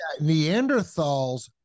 Neanderthals